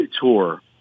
Tour